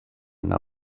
know